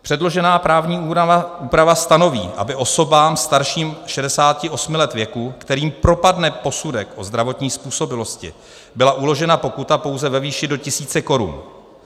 Předložená právní úprava stanoví, aby osobám starším 68 let věku, kterým propadne posudek o zdravotní způsobilosti, byla uložena pokuta pouze ve výši do tisíce korun.